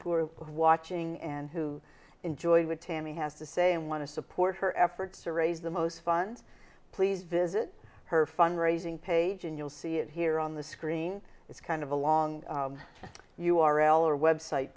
are watching and who enjoyed tammy has to say and want to support her efforts to raise the most funds please visit her fund raising page and you'll see it here on the screen it's kind of a long u r l or website